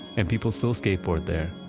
and people still skateboard there,